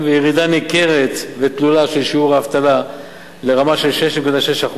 וירידה ניכרת ותלולה בשיעור האבטלה לרמה של 6.6%,